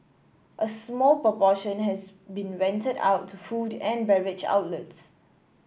a small proportion has been rented out to food and beverage outlets